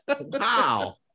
Wow